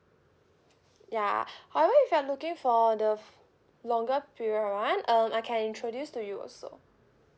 ya however if you are looking for the longer period [one] um I can introduce to you also